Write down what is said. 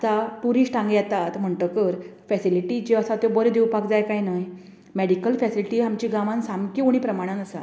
जावं टुरिश्ट हांगा येतात म्हणटकर फेसिलिटीज ज्यो आसा त्यो बऱ्यो दिवपाक जाय कांय ना मेडिकल फेसिलिटी आमच्या गांवांत सामक्यो उणी प्रमाणांत आसा